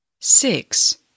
Six